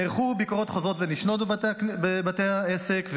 נערכו ביקורות חוזרות ונשנות בבתי העסק,